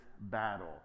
battle